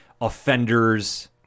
offenders